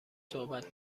صحبت